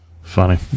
funny